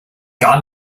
gar